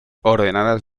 ordenadas